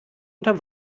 oder